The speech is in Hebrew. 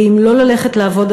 ואם לא ללכת לעבוד,